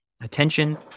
attention